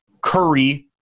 Curry